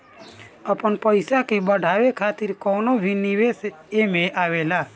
आपन पईसा के बढ़ावे खातिर कवनो भी निवेश एमे आवेला